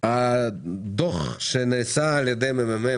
הדוח שנעשה על ידי הממ"מ,